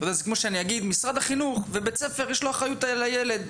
זה כמו שאני אומר שלבית הספר יש אחריות על הילד,